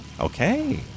Okay